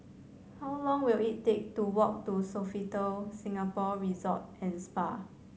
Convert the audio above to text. how long will it take to walk to Sofitel Singapore Resort and Spa